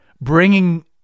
bringing